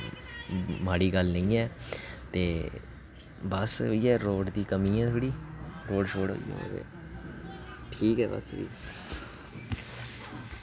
माड़ी गल्ल निं ऐ ते बस इ'यै रोड़ दी कमी ऐ थोह्ड़ी रोड़ ठीक होऐ बस भी